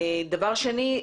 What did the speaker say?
דבר שני,